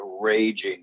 raging